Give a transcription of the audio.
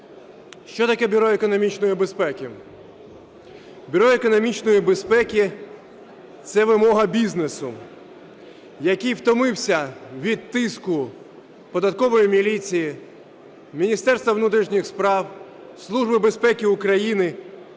що таке Бюро економічної безпеки? Бюро економічної безпеки – це вимога бізнесу, який втомився від тиску податкової міліції, Міністерства внутрішніх справ, Служби безпеки України,